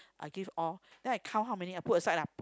I give all then I count how many I put aside lah